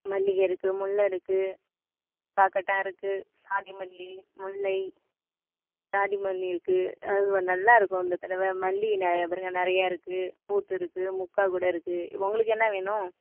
மல்லிகை இருக்குது முல்லை இருக்குது காக்கர்ட்டான் இருக்குது சாதி மல்லி முல்லை சாதி மல்லி இருக்குது நல்லா இருக்கும் இந்த தடவை மல்லி நெ இந்த பாருங்கள் நிறைய இருக்குது பூத்துருக்கு மொட்ட கூட இருக்குது உங்களுக்கு என்ன வேணும்